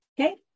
okay